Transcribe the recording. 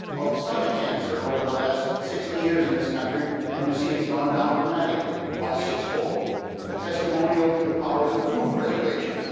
of stomach cancer over the last sixty years in this country. and you see it's gone down dramatically, by six-fold a testimonial to the powers of food preservation,